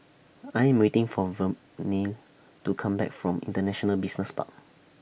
I Am waiting For Vernelle to Come Back from International Business Park